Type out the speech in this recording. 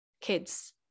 kids